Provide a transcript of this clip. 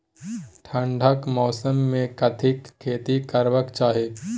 ठंडाक मौसम मे कथिक खेती करबाक चाही?